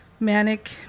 Manic